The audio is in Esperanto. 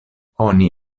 oni